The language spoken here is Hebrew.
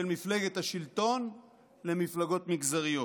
של מפלגת השלטון למפלגות מגזריות.